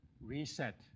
Reset